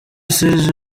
serge